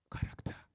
character